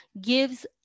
gives